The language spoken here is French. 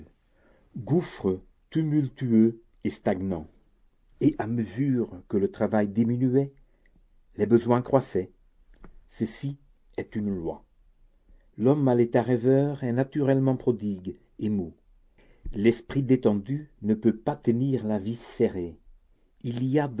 gouffre tumultueux et stagnant et à mesure que le travail diminuait les besoins croissaient ceci est une loi l'homme à l'état rêveur est naturellement prodigue et mou l'esprit détendu ne peut pas tenir la vie serrée il y a